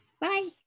Bye